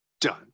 Done